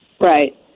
Right